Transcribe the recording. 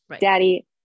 daddy